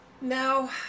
Now